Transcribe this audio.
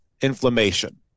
inflammation